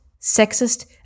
sexist